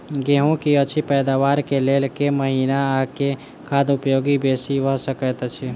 गेंहूँ की अछि पैदावार केँ लेल केँ महीना आ केँ खाद उपयोगी बेसी भऽ सकैत अछि?